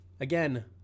Again